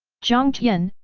jiang tian,